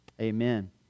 Amen